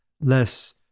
less